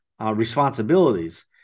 responsibilities